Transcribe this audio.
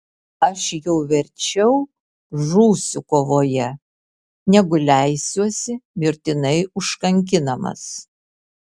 aš jau verčiau žūsiu kovoje negu leisiuosi mirtinai užkankinamas